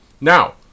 Now